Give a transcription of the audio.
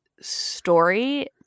story